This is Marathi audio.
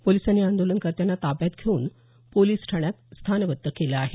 पोलिसांनी आंदोलनकर्त्यांना ताब्यात घेऊन पोलिस ठाण्यात स्थानबध्द केलं आहे